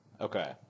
Okay